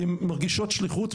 כי הן מרגישות שליחות,